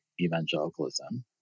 evangelicalism